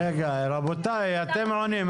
רגע רבותיי, אתם עונים.